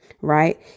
right